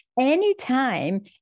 anytime